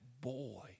boy